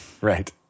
Right